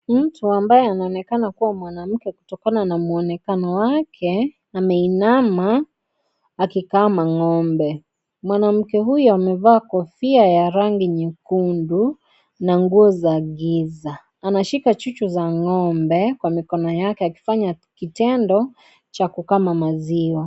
Mtu ambaye anaoneka kuwa mwanamke kutokana na mwonekano wake, ameinama akikama ng'ombe. Mwanamke huyu amevaa kofia ya rangi nyekundu na nguo za giza. Anashika chuchu za ng'ombe kwa mikono yake akifanya kitendo cha kukama maziwa.